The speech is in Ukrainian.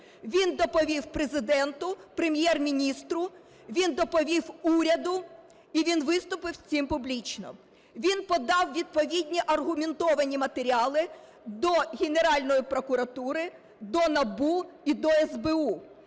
він доповів Президенту, Прем'єр-міністру, він доповів уряду, і він виступив з цим публічно. Він подав відповідні аргументовані матеріали до Генеральної прокуратури, до НАБУ і до СБУ.